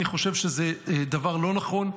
אני חושב שזה דבר לא נכון,